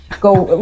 go